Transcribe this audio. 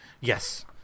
yes